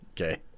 Okay